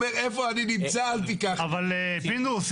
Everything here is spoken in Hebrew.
יש